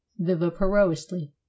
viviparously